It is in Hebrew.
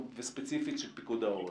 וספציפית של פיקוד העורף.